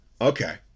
Okay